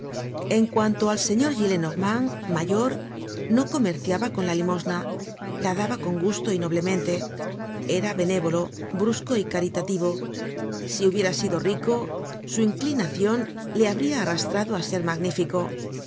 en cuanto al señor gillenormand mayor no comerciaba con la limosna la daba con gusto y noblemente era benévolo brusco y caritativo si hubiera sido rico su inclinacion le habria arrastrado á ser magnífico